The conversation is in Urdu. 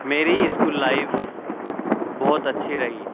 میری اسکول لائف بہت اچھی رہی